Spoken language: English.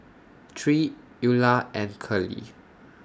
Tre Eula and Curley